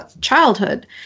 childhood